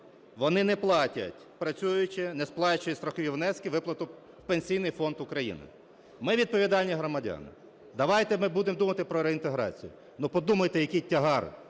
вони не платять. Працюючи, не сплачують страхові внески, виплату у Пенсійний фонд України. Ми – відповідальні громадяни, давайте ми будемо думати про реінтеграцію. Подумайте, який тягар